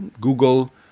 google